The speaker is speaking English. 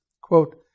Quote